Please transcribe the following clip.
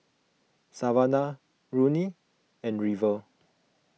Savana Ronnie and River